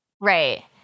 Right